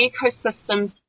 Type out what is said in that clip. ecosystem